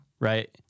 right